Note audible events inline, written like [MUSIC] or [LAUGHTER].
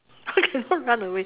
[LAUGHS] cannot run away